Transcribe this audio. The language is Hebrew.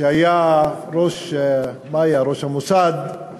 שהיה ראש המוסד או